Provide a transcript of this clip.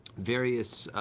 various